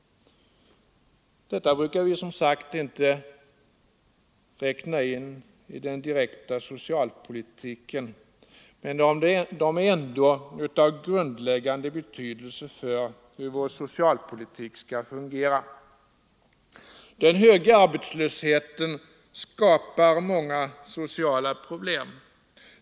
Detta brukar vi inte räkna in i den direkta socialpolitiken, men det är ändå av grundläggande betydelse för hur vår socialpolitik skall fungera. Den höga arbetslösheten skapar många sociala problem.